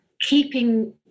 keeping